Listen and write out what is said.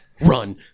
run